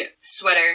sweater